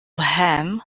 ham